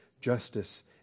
justice